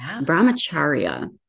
brahmacharya